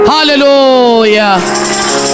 Hallelujah